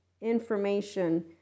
information